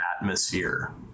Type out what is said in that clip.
atmosphere